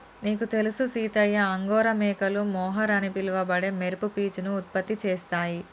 నీకు తెలుసు సీతయ్య అంగోరా మేకలు మొహర్ అని పిలవబడే మెరుపు పీచును ఉత్పత్తి చేస్తాయి